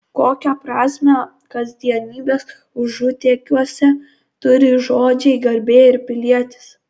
kokią prasmę kasdienybės užutėkiuose turi žodžiai garbė ir pilietis